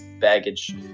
baggage